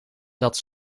dat